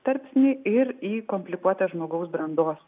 tarpsnį ir į komplikuotą žmogaus brandos